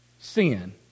sin